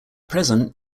present